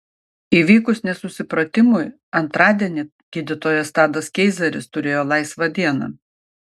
įvykus nesusipratimui antradienį gydytojas tadas keizeris turėjo laisvą dieną